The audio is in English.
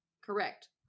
Correct